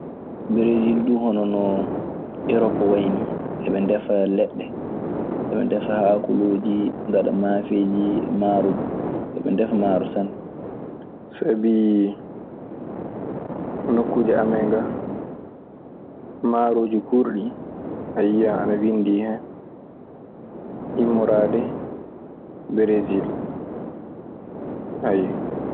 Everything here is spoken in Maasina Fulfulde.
Beresiil duu, hono no erop wayi nii. Eɓe ndefa leɗɗe. Eɓe ndefa haakoloojii, ngaɗa maafeeji e maaro duu. Eɓe ndefa maaro sanne. Sabi nokkuuje amen ga, maaroji kurɗi ayiyan ana winndii hen, immoraade beresil ayyo.